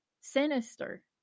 sinister